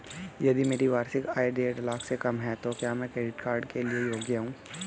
यदि मेरी वार्षिक आय देढ़ लाख से कम है तो क्या मैं क्रेडिट कार्ड के लिए योग्य हूँ?